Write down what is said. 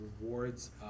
rewards